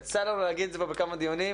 יצא לנו להגיד את זה פה בכמה דיונים,